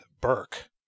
burke